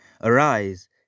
Arise